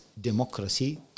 democracy